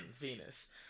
Venus